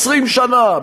20 שנה,